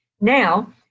Now